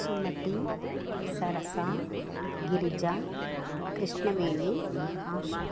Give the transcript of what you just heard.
Sumathi Sarasa Girija Krishnaveni Asha